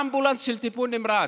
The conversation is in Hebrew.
אמבולנס של טיפול נמרץ.